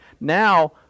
Now